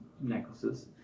necklaces